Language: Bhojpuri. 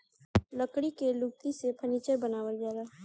लकड़ी के लुगदी से फर्नीचर बनावल जाला